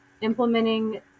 implementing